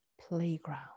playground